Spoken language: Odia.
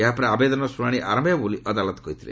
ଏହାପରେ ଆବେଦନର ଶୁଶାଣି ଆରମ୍ଭ ହେବ ବୋଲି ଅଦାଲତ କହିଥିଲେ